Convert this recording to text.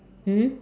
mm